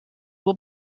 will